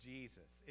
Jesus